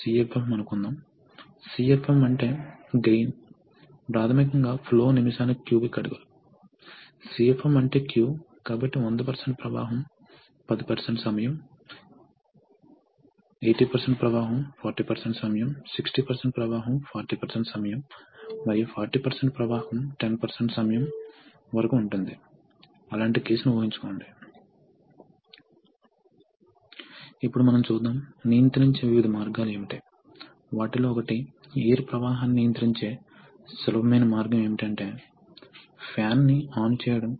hydraulics లో మాదిరిగానే ఇక్కడ కూడా వివిధ రకాల కంట్రోల్ డివైసెస్ ఉన్నాయి కాబట్టి మీకు ప్రెజర్ రెగ్యులేటర్లు వంటి ప్రెజర్ కంట్రోల్ డివైసెస్ ఉన్నాయి మీకు చెక్ వాల్వ్లు ఉన్నాయి ఇవి ప్రవాహాన్ని నియంత్రిస్తాయి ఇది ఒక నిర్దిష్ట డైరెక్షన్ లో ప్రవాహాన్ని అనుమతిస్తుంది మరియు ఇతర డైరెక్షన్ లో ప్రవాహాన్ని అనుమతించదు అప్పుడు ఫ్లో కంట్రోల్ వాల్వ్స్ ఉన్నాయి అవి ప్రధానంగా కదలిక వేగాన్ని నియంత్రించడానికి ఉపయోగిస్తారు కాబట్టి కొన్నిసార్లు ఇది మీకు అవసరం ఉదాహరణకు హైడ్రాలిక్స్ విషయంలో మీరు లోడ్ నడుపుతున్నప్పుడు సాధారణంగా మీకు స్లో మోషన్ అవసరం